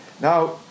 Now